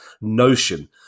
Notion